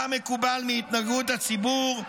התקשורת מסיקה מה המקובל מהתנהגות הציבור,